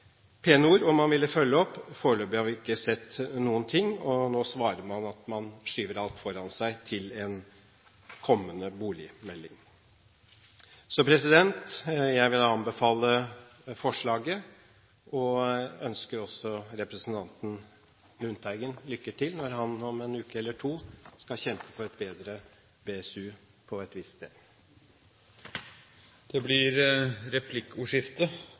ord, og man ville følge opp, men foreløpig har vi ikke sett noen ting, og nå svarer man at man skyver alt foran seg til en kommende boligmelding. Så jeg vil anbefale forslaget, og ønsker også representanten Lundteigen lykke til når han om en uke eller to skal kjempe for en bedre BSU-ordning på et visst sted. Det blir replikkordskifte.